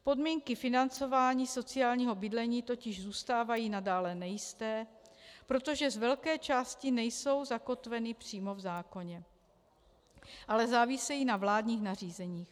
Podmínky financování sociálního bydlení totiž zůstávají nadále nejisté, protože z velké části nejsou zakotveny přímo v zákoně, ale závisejí na vládních nařízeních.